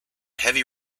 heavy